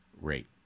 rate